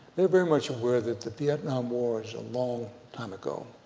they're very much aware that the vietnam war is a long time ago.